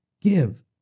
Give